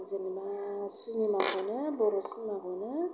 जेनेबा सिनेमाखौनो बर' सिनेमाखौनो